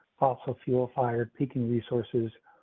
also fuel fired picking resources.